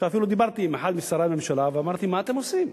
שאפילו דיברתי עם אחד משרי הממשלה ואמרתי: מה אתם עושים?